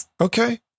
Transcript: Okay